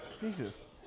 Jesus